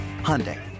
Hyundai